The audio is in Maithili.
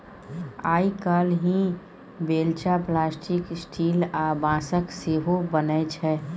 आइ काल्हि बेलचा प्लास्टिक, स्टील आ बाँसक सेहो बनै छै